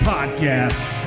Podcast